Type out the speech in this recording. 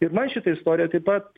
ir man šita istorija taip pat